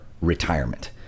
retirement